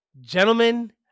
Gentlemen